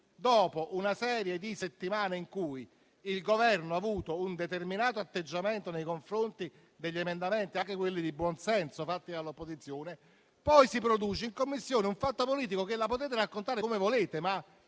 Dopo varie settimane in cui il Governo ha avuto un determinato atteggiamento nei confronti degli emendamenti, anche quelli di buonsenso, presentati dall'opposizione, si produce in Commissione un fatto politico che - la potete raccontare come volete -